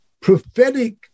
prophetic